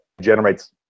generates